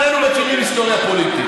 שנינו מכירים היסטוריה פוליטית.